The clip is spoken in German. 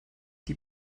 die